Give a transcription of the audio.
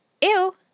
Ew